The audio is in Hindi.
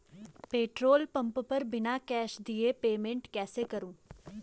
पेट्रोल पंप पर बिना कैश दिए पेमेंट कैसे करूँ?